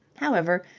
however,